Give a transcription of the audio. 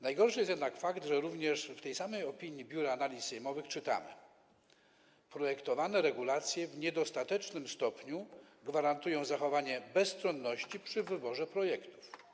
Najgorszy jest jednak fakt, że w tej samej opinii Biura Analiz Sejmowych czytamy również: projektowane regulacje w niedostatecznym stopniu gwarantują zachowanie bezstronności przy wyborze projektów.